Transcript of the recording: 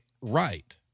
Right